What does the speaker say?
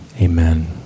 Amen